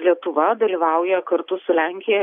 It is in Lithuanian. lietuva dalyvauja kartu su lenkija